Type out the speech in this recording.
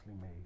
made